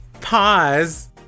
pause